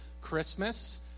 Christmas